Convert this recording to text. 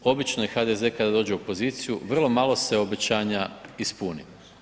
Obično HDZ kada dođe u poziciji, vrlo malo se obećanja ispuni.